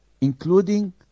Including